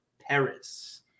Paris